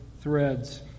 threads